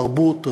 תרבות,